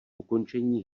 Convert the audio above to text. ukončení